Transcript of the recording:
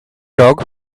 dog